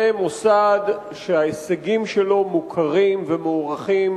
זה מוסד שההישגים שלו מוכרים ומוערכים